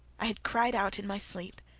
i had cried out in my sleep,